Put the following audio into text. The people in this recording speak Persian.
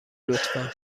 لطفا